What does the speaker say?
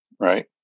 Right